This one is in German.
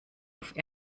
auf